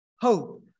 hope